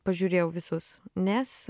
pažiūrėjau visus nes